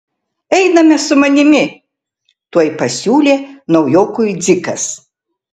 einame su manimi tuoj pasiūlė naujokui dzikas